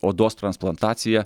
odos transplantacija